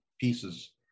pieces